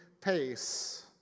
pace